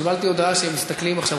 קיבלתי הודעה שהם מסתכלים עכשיו,